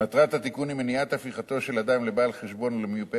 מטרת התיקון היא מניעת הפיכתו של אדם לבעל חשבון או למיופה